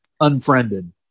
Unfriended